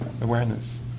awareness